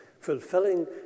fulfilling